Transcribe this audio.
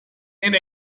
and